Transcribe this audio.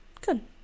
good